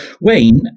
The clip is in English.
Wayne